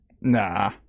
Nah